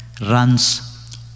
runs